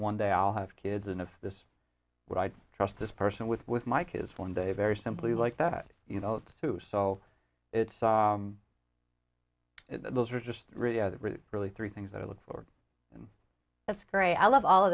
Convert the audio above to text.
one day i'll have kids and if this what i trust this person with with my kids one day very simply like that you know it's too so it's those are just really really three things that i look forward that's great i love all of